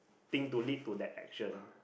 think to lead to that action